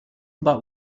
about